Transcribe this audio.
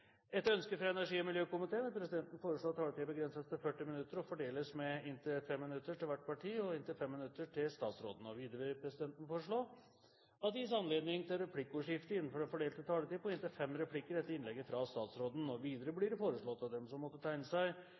Etter ønske fra energi- og miljøkomiteen vil presidenten foreslå at taletiden begrenses til 40 minutter, og fordeles med inntil 5 minutter til hvert parti, og inntil 5 minutter til statsråden. Videre vil presidenten foreslå at det gis anledning til replikkordskifte på inntil fem replikker etter innlegget fra statsråden innenfor den fordelte taletid. Videre blir det foreslått at de som måtte tegne seg